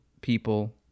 people